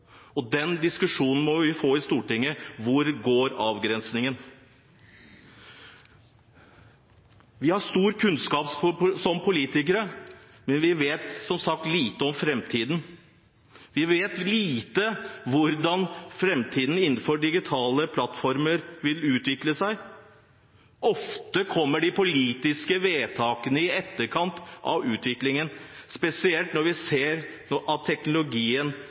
må vi få i Stortinget. Vi har stor kunnskap som politikere, men vi vet som sagt lite om framtiden. Vi vet lite om hvordan framtiden innenfor digitale plattformer vil utvikle seg. Ofte kommer de politiske vedtakene i etterkant av utviklingen, spesielt når vi ser at teknologien